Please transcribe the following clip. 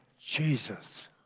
Jesus